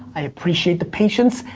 i appreciate the patience,